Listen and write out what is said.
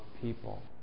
people